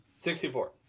64